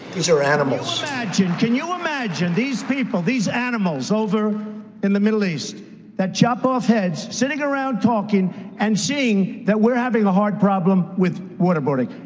these are animals can you imagine these people these animals over in the middle east that chop off heads sitting around talking and seeing that we're having a hard problem with waterboarding?